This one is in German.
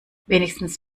wenigstens